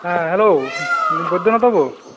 ᱦᱮᱸ ᱦᱮᱞᱳ ᱵᱳᱭᱫᱚᱱᱟᱛᱷ ᱵᱟᱵᱩ